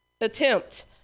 attempt